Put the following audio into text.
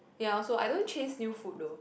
ya I also I don't chase new food though